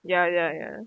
ya ya ya